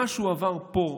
מה שהוא עבר פה,